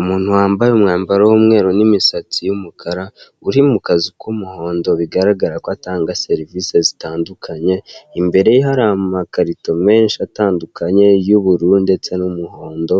Umuntu wambaye umwambaro w'umweru n'imisatsi y'umukara uri mu kazu k'umuhondo bigaragara ko atanga serivise zitandukanye, imbere ye hari amakarito menshi atandukanye y'ubururu ndetse n'umuhondo